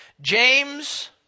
James